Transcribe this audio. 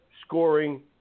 scoring